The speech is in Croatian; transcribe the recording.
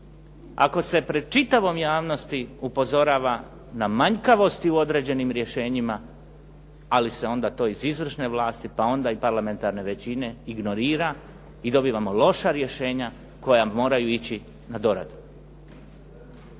ako se pred čitavom javnosti upozorava na manjkavosti u određenim rješenjima, ali se onda to iz izvršne vlasti, pa onda i parlamentarne većine ignorira i dobivamo loša rješenja koja moraju ići na doradu.